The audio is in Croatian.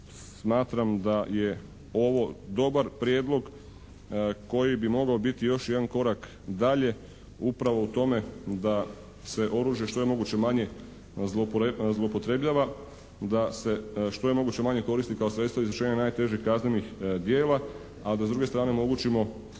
smatram da je ovo dobar prijedlog koji bi mogao biti još jedan korak dalje upravo u tome da se oružje što je moguće manje zloupotrebljava, da se što je moguće manje korisnika o sredstvu izvršenja najtežih kaznenih djela, a da s druge strane omogućimo